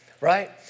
right